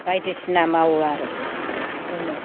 बायदिसिना मावो आरो जोङो